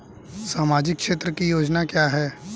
सामाजिक क्षेत्र की योजना क्या है?